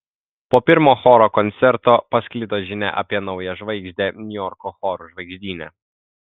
po pirmo choro koncerto pasklido žinia apie naują žvaigždę niujorko chorų žvaigždyne